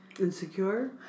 insecure